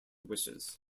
wishes